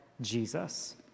Jesus